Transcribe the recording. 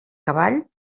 cavall